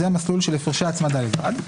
זה המסלול של הפרשי הצמדה לבד.